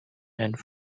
and